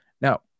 Now